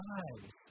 eyes